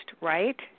right